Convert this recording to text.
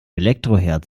elektroherd